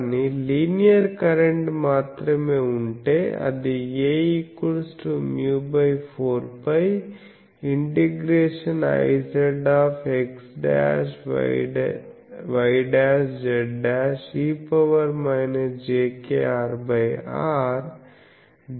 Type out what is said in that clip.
నాకు linear current మాత్రమే ఉంటే అది Aμ4πഽIzx'y'z'e jkRR dl అవుతుంది